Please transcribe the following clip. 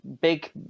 big